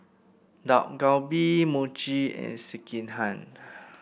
Dak Galbi Mochi and Sekihan